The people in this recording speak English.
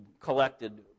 collected